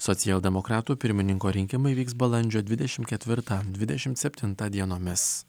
socialdemokratų pirmininko rinkimai vyks balandžio dvidešim ketvirtą dvidešim septintą dienomis